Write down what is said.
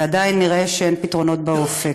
ועדיין נראה שאין פתרונות באופק.